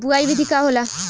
बुआई विधि का होला?